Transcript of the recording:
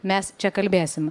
mes čia kalbėsim